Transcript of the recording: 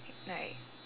like